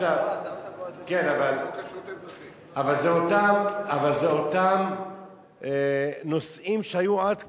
אבל זה אותם נושאים שהיו עד כה.